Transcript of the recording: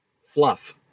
fluff